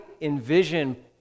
envision